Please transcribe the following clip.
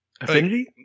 Affinity